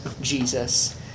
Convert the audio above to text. Jesus